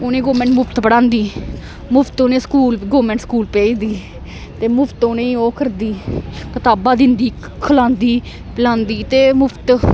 उनें गौरमेंट मुफ्त पढ़ांदी मु्त उनें स्कूल गौरमेंट स्कूल भेजदी ते मुफ्त उनेंगी ओह् करदी कताबां दिंदी खलांदी पलांदी ते मुफ्त